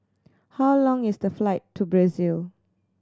how long is the flight to Brazil